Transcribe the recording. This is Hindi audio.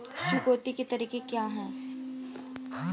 चुकौती के तरीके क्या हैं?